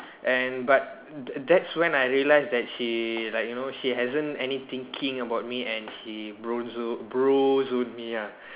and but that's when I realise that she like you know she hasn't any thinking about me and she bro zone bro zone me ah